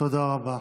תודה רבה.